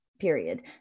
period